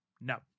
No